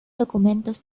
documentos